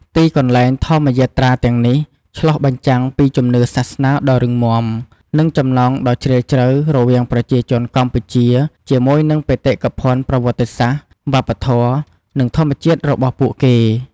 ទីកន្លែងធម្មយាត្រាទាំងនេះ ឆ្លុះបញ្ចាំងពីជំនឿសាសនាដ៏រឹងមាំ និងចំណងដ៏ជ្រាលជ្រៅរវាងប្រជាជនកម្ពុជាជាមួយនឹងបេតិកភណ្ឌប្រវត្តិសាស្ត្រ វប្បធម៌ និងធម្មជាតិរបស់ពួកគេ។